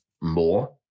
more